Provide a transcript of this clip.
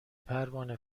پروانه